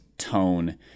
tone